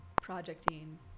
projecting